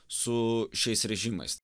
su šiais režimas